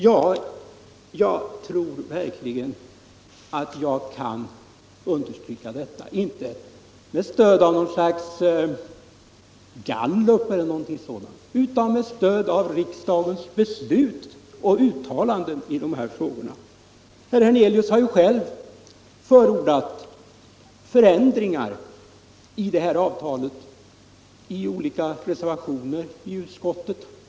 Ja, jag tror verkligen att jag kan understryka det — inte med hänvisning till något slags gallup eller liknande utan med stöd av riksdagens beslut och uttalanden i dessa frågor. Herr Hernelius har ju själv förordat förändringar i biståndsavtalet. Det har moderaterna gjort i olika reservationer i utskottet.